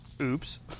Oops